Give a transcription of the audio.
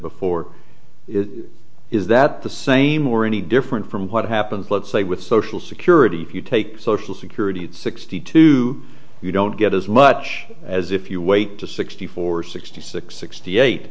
before is that the same or any different from what happens let's say with social security if you take social security at sixty two you don't get as much as if you wait to sixty four sixty six sixty eight